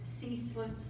ceaseless